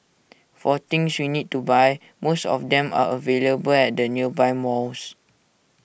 for things we need to buy most of them are available at the nearby malls